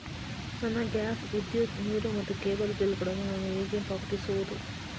ನನ್ನ ಗ್ಯಾಸ್, ವಿದ್ಯುತ್, ನೀರು ಮತ್ತು ಕೇಬಲ್ ಬಿಲ್ ಗಳನ್ನು ನಾನು ಹೇಗೆ ಪಾವತಿಸುವುದು?